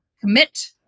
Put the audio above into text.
commit